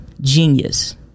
genius